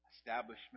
establishment